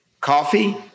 coffee